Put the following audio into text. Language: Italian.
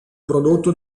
prodotto